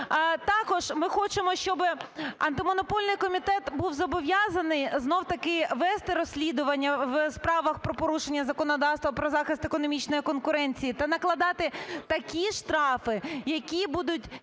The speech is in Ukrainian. Також ми хочемо, щоби Антимонопольний комітет був зобов'язаний, знов таки, вести розслідування в справах про порушення законодавства про захист економічної конкуренції та накладати такі штрафи, які будуть